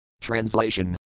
Translation